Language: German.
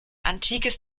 antikes